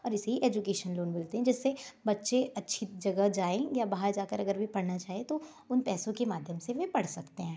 और ऐसे ही एजुकेशन लोन मिलते हैं जिससे बच्चे अच्छी जगह जाएँ या बाहर जाकर अगर वे पढ़ना चाहे तो उन पैसों के माध्यम से वे पढ़ सकता हैं